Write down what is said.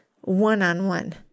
one-on-one